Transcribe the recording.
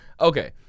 Okay